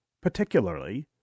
particularly